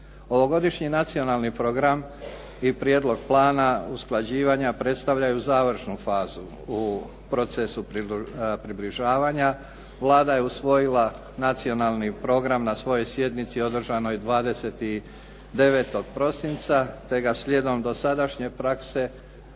Ovogodišnji nacionalni program i prijedlog plana usklađivanja predstavljaju završnu fazu u procesu približavanja. Vlada je usvojila nacionalni program na svojoj sjednici održanoj 29. prosinca, te ga slijedom dosadašnje prakse